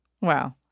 Wow